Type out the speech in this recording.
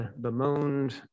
bemoaned